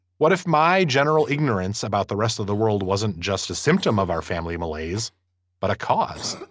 what if my general ignorance about the rest of the world wasn't just a symptom of our family malaise but cause